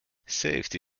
safety